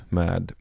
med